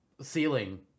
ceiling